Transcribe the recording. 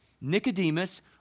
Nicodemus